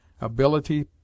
Ability